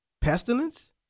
pestilence